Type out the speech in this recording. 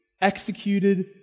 executed